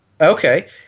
Okay